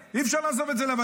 אי-אפשר לעזוב את זה לו לבד,